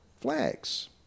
flags